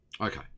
Okay